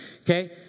Okay